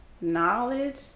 knowledge